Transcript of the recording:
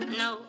no